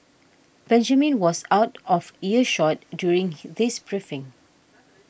Benjamin was out of earshot during this briefing